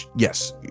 yes